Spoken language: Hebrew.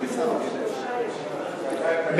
התשע"ד 2013, לוועדה שתקבע ועדת הכנסת נתקבלה.